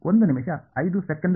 ಒಂದು ಭಾಗಿಸು ಒಂದು